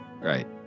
Right